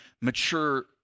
mature